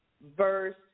verse